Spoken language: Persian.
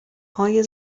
های